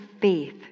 faith